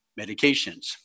medications